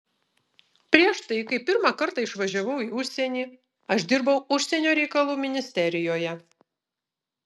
prieš tai kai pirmą kartą išvažiavau į užsienį aš dirbau užsienio reikalų ministerijoje